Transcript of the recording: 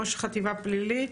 ראש חטיבה פלילית.